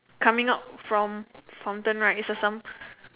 coming out from fountain right is a some